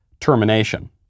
termination